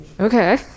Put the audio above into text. Okay